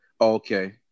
okay